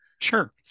Sure